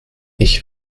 ich